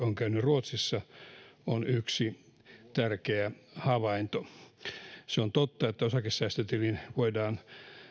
on käynyt ruotsissa on yksi tärkeä havainto se on totta että osakesäästötiliin voidaan